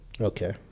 okay